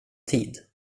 tid